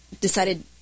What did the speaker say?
decided